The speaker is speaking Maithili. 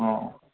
हँ